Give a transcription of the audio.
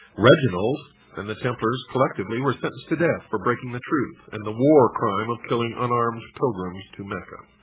reginald and the templars collectively were sentenced to death for breaking the truce and the war crime of killing unarmed pilgrims to mecca.